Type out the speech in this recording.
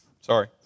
Sorry